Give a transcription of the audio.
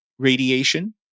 Radiation